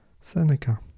Seneca